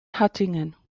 hattingen